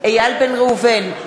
איל בן ראובן,